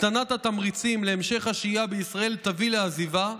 הקטנת התמריצים להמשך השהייה בישראל תביא לעזיבה,